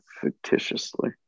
fictitiously